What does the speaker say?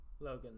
Logan